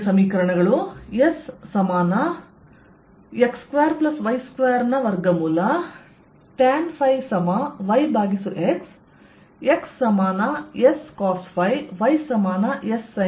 Sx2y2 tan yx xS cosϕ yS sinϕ unit ವೆಕ್ಟರ್ ಗಳನ್ನು ನೋಡೋಣ